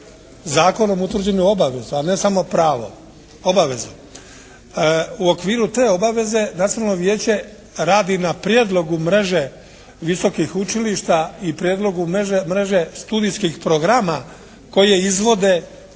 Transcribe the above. zakonom utvrđenu obavezu, a ne samo pravo, obavezu. U okviru te obaveze nacionalno vijeće radi na prijedlogu mreže visokih učilišta i prijedlogu mreže studijskih programa koje izvode